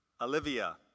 Olivia